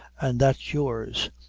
an' that's yours.